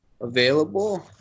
available